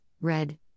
red